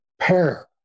pair